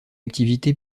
activité